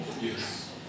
Yes